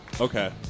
Okay